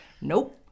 Nope